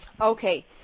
Okay